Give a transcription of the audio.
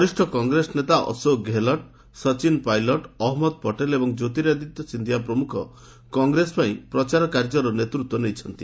ବରିଷ କଂଗ୍ରେସ ନେତା ଅଶୋକ ଗେହଲଟ୍ ସଚିନ ପାଇଲଟ୍ ଅହମ୍ମଦ ପଟେଲ ଏବଂ କ୍ୟୋତିରାଦିତ୍ୟ ସିନ୍ଧିଆ ପ୍ରମୁଖ କଂଗ୍ରେସ ପାଇଁ ପ୍ରଚାର କାର୍ଯ୍ୟର ନେତୃତ୍ୱ ନେଇଛନ୍ତି